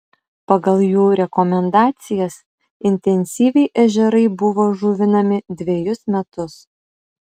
pagal jų rekomendacijas intensyviai ežerai buvo žuvinami dvejus metus